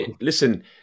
listen